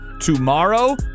tomorrow